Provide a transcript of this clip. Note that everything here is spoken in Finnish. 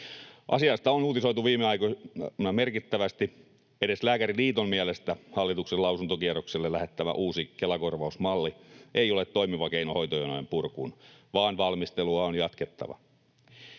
Asiasta on uutisoitu viime aikoina merkittävästi. Edes Lääkäriliiton mielestä ei hallituksen lausuntokierrokselle lähettämä uusi Kela-korvausmalli ole toimiva keino hoitojonojen purkuun, vaan valmistelua on jatkettava.